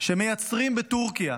שמייצרות בטורקיה,